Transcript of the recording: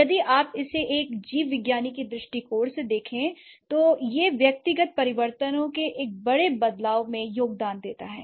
यदि आप इसे एक जीवविज्ञानी के दृष्टिकोण से देखते हैं तो यह व्यक्तिगत परिवर्तन के एक बड़े बदलाव में योगदान देता है